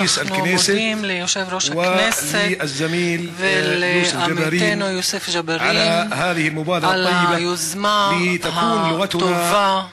אנחנו מודים ליושב-ראש הכנסת ולעמיתנו יוסף ג'בארין על היוזמה הטובה,